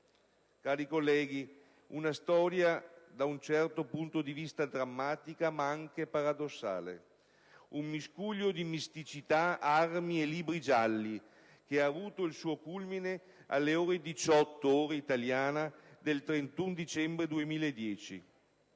Cari colleghi, è una storia da un certo punto di vista drammatica ma anche paradossale, un miscuglio di mistificazioni, armi e libri gialli, che ha avuto il suo culmine alle ore 18 (ora italiana) del 31 dicembre 2010.